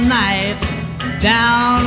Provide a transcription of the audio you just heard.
down